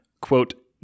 quote